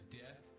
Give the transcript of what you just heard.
death